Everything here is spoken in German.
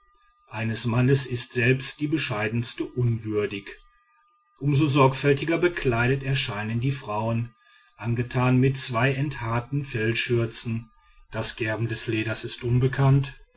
eines mannes ist selbst die bescheidenste unwürdig um so sorgfältiger bekleidet erscheinen die frauen angetan mit zwei enthaarten fellschürzen das gerben des leders ist unbekannt